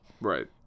right